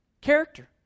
Character